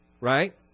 right